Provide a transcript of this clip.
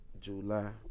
July